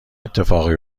اتفاقی